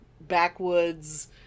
backwoods